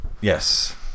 Yes